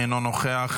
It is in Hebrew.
אינו נוכח,